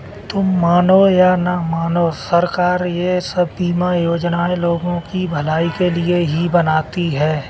तुम मानो या न मानो, सरकार ये सब बीमा योजनाएं लोगों की भलाई के लिए ही बनाती है